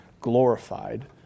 glorified